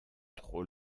trop